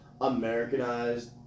Americanized